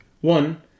One